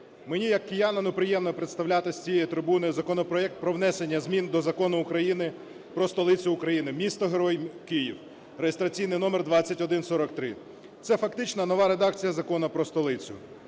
Мені як киянину приємно представляти з цієї трибуни законопроект про внесення змін до Закону України "Про столицю України – місто-герой Київ" (реєстраційний номер 2143). Це фактично нова редакція Закону про столицю.